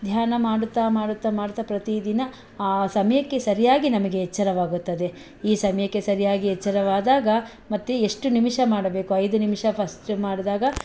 ಧ್ಯಾನ ಮಾಡುತ್ತಾ ಮಾಡುತ್ತಾ ಮಾಡ್ತಾ ಪ್ರತಿದಿನ ಆ ಸಮಯಕ್ಕೆ ಸರಿಯಾಗಿ ನಮಗೆ ಎಚ್ಚರವಾಗುತ್ತದೆ ಈ ಸಮಯಕ್ಕೆ ಸರಿಯಾಗಿ ಎಚ್ಚರವಾದಾಗ ಮತ್ತು ಎಷ್ಟು ನಿಮಿಷ ಮಾಡಬೇಕು ಐದು ನಿಮಿಷ ಫಸ್ಟ್ ಮಾಡಿದಾಗ